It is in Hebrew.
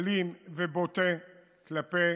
אלים ובוטה כלפי